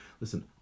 Listen